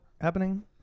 happening